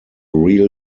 real